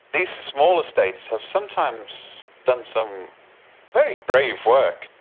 these smaller states have sometimes done some very brave work.